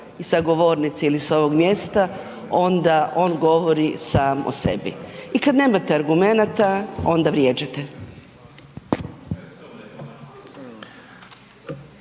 i sa govornice il s ovog mjesta onda on govori sam o sebi i kad nemate argumenata onda vrijeđate.